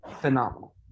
phenomenal